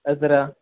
എത്ര